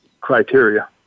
criteria